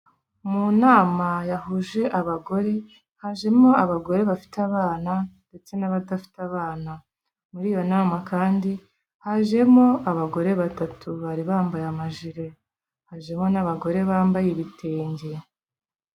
Mu nama yahuje abagore hajemo abagore bafite abana ndetse n'abadafite abana, muri iyo nama kandi hajemo abagore batatu bari bambaye amajire, hajemo n'abagore bambaye ibitenge.